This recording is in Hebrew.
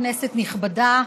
כנסת נכבדה,